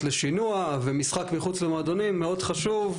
לשינוע ומשחק מחוץ למועדונים מאוד חשוב,